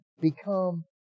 become